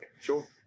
Sure